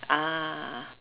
ah